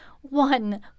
one